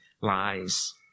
lies